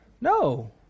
No